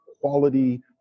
quality